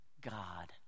God